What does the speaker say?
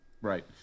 Right